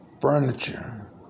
furniture